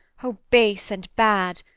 o base and bad!